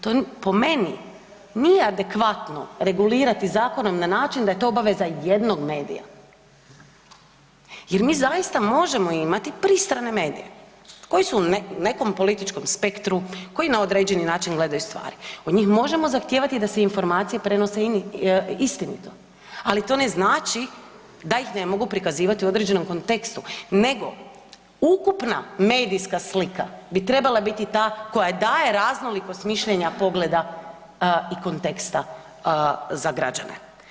To po meni nije adekvatno regulirati zakonom na način da je to obaveza jednog medija jer mi zaista možemo imati pristrane medije koji su u nekom političkom spektru, koji na određeni način gledaju stvari, od njih možemo zahtijevati da se informacije prenose istinito, ali to ne znači da ih ne mogu prikazivati u određenom kontekstu nego ukupna medijska slika bi trebala biti ta koja daje raznolikost mišljenja, pogleda i konteksta za građane.